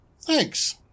thanks